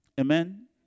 Amen